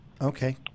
Okay